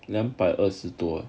两百二十多